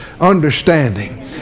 understanding